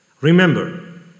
Remember